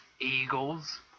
Eagles